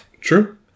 True